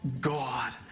God